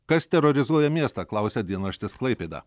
kas terorizuoja miestą klausia dienraštis klaipėda